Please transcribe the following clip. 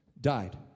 died